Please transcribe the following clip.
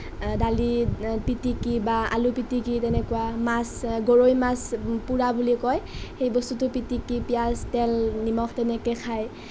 দালি পিটিকি বা আলু পিটিকি তেনেকুৱা মাছ গৰৈ মাছ পুৰা বুলি কয় সেই বস্তুটো পিটিকি পিঁয়াজ তেল নিমখ তেনেকৈ খায়